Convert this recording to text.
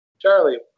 Charlie